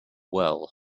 well